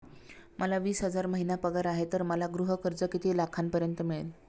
मला वीस हजार महिना पगार आहे तर मला गृह कर्ज किती लाखांपर्यंत मिळेल?